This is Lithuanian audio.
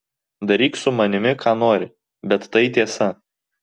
daryk su manimi ką nori bet tai tiesa